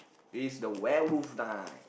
it's the werewolf time